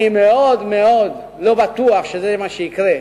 אני מאוד מאוד לא בטוח שזה מה שיקרה.